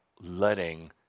letting